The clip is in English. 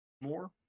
more